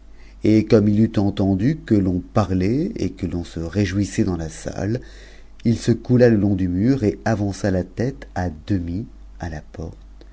et comme it eut entendu que l'on parlait et que l'on se réjouissait thns la salle it se coula le long dumuret avança la tête à demi à la porte